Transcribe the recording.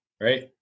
right